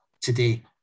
today